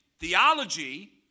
theology